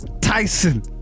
Tyson